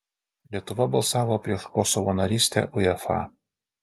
lietuva balsavo prieš kosovo narystę uefa